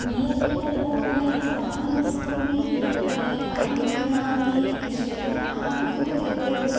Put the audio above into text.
नियमितरूपेण कानि वस्तूनि ए अहं क्रीणामि इति चेत् अहं तु एतद्